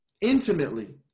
intimately